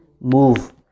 move